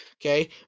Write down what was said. okay